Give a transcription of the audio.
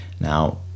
now